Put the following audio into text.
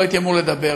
לא הייתי אמור לדבר.